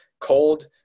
cold